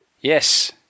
Yes